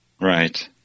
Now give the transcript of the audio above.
Right